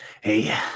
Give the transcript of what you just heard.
Hey